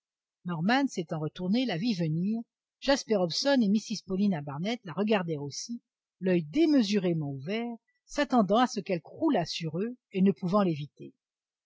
norman s'étant retourné la vit venir jasper hobson et mrs paulina barnett la regardèrent aussi l'oeil démesurément ouvert s'attendant à ce qu'elle croulât sur eux et ne pouvant l'éviter